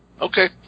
Okay